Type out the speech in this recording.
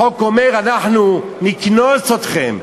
החוק אומר: אנחנו נקנוס אתכם.